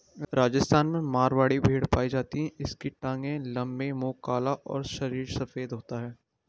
राजस्थान में मारवाड़ी भेड़ पाई जाती है इसकी टांगे लंबी, मुंह काला और शरीर सफेद होता है